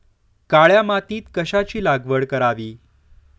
काळ्या मातीत कशाची लागवड करावी?